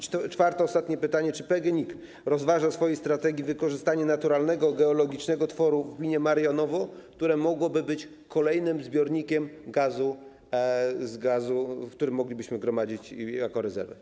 Czwarte, ostatnie pytanie: Czy PGNiG rozważa w ramach swojej strategii wykorzystanie naturalnego geologicznego tworu w gminie Marianowo, które mogłoby być kolejnym zbiornikiem gazu, który moglibyśmy gromadzić jako rezerwę?